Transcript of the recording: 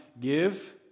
give